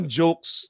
jokes